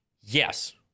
Yes